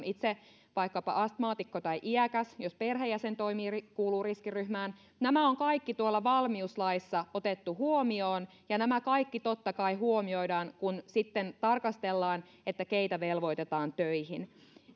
itse vaikkapa astmaatikko tai iäkäs tai jos perheenjäsen kuuluu riskiryhmään nämä on kaikki tuolla valmiuslaissa otettu huomioon ja nämä kaikki totta kai huomioidaan kun sitten tarkastellaan keitä velvoitetaan töihin